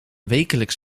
wekelijks